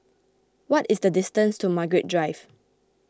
what is the distance to Margaret Drive